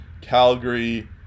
Calgary